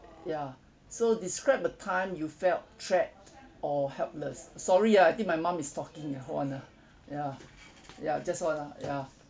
ya so describe a time you felt trapped or helpless sorry ah I think my mum is talking ah hold on ah ya ya just hold on ah ya